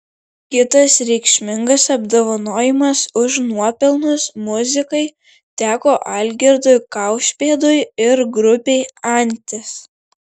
kitas reikšmingas apdovanojimas už nuopelnus muzikai teko algirdui kaušpėdui ir grupei antis